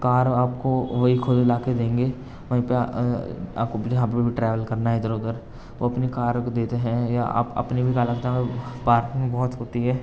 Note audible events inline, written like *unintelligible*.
کار آپ کو وہی خود لا کے دیں گے وہیں پہ آپ کو جہاں پہ بھی ٹریول کرنا ہے ادھر ادھر وہ اپنی کار کو دیتے ہیں یا آپ اپنے بھی *unintelligible* پارکنگ بھی بہت ہوتی ہے